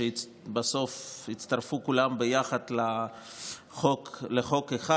שבסוף הצטרפו כולם יחד לחוק אחד.